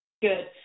Good